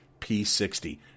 P60